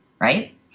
right